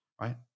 right